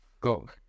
Go